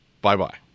Bye-bye